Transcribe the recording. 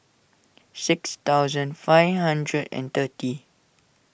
six thousand five hundred and thirty